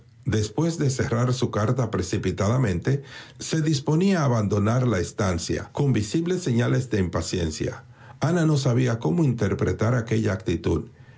después de cerrar su carta precipitadamente se disponía a abandonar la estancia con visibles señales de impaciencia ana no sabía cómo interpretar aquella actitud